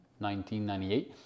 1998